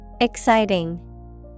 Exciting